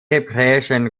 hebräischen